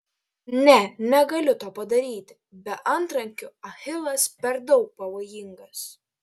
ne negaliu to padaryti be antrankių achilas per daug pavojingas